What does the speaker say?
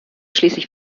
schließlich